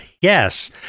Yes